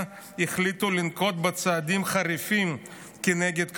החליטו לנקוט צעדים חריפים כנגד כסיף.